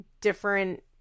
different